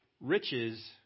Riches